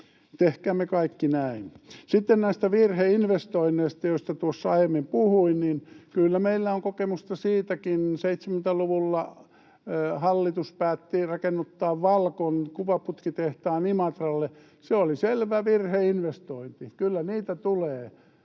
Tehkäämme kaikki näin. Sitten näistä virheinvestoinneista, joista tuossa aiemmin puhuin: Kyllä meillä on kokemusta siitäkin. 70-luvulla hallitus päätti rakennuttaa Valcon kuvaputkitehtaan Imatralle. Se oli selvä virheinvestointi. Kyllä niitä tulee.